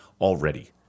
already